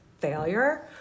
failure